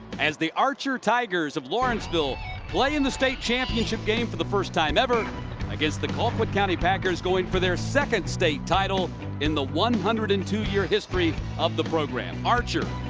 as the archer tigers of lawrenceville play in the state championship game for the first time ever against the colquitt county packers going for their second state title in in the one hundred and two year history of the program. archer,